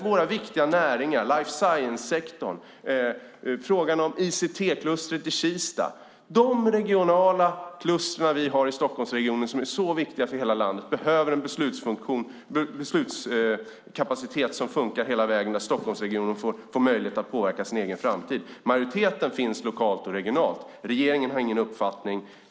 Våra viktiga näringar, life science-sektorn, ICT-klustret i Kista och de regionala kluster som vi har i Stockholmsregionen och som är så viktiga för hela landet, behöver en beslutskapacitet som funkar hela vägen. Stockholmsregionen måste få möjlighet att påverka sin egen framtid. Majoriteten finns lokalt och regionalt. Regeringen har ingen uppfattning.